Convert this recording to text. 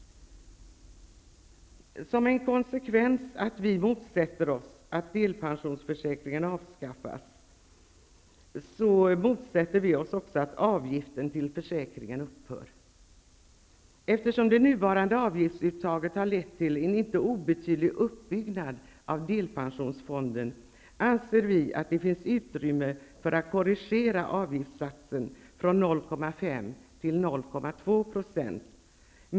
I konsekvens med att vi motsätter oss att delpensionsförsäkringen avskaffas motsätter vi oss också att avgiften till försäkringen upphör. Eftersom det nuvarande avgiftsuttaget har lett till en inte obetydlig uppbyggnad av delpensionsfonden anser vi att det finns utrymme för att korrigera avgiftssatsen från 0,5 % till 0,2 %.